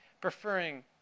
preferring